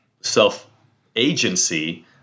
self-agency